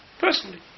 Personally